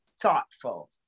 thoughtful